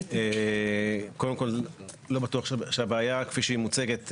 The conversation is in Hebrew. לא בטוח שהבעיה כפי שהיא מוצגת,